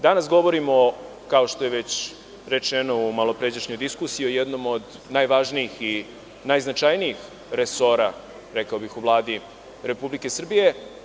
Danas govorimo, kao što je već rečeno u malopređašnjoj diskusiji, o jednom od najvažnijih i najznačajnijih resora, rekao bih, u Vladi Republike Srbije.